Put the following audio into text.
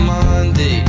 Monday